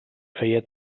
feia